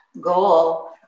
goal